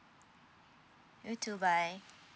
you too bye